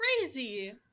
Crazy